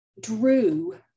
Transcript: drew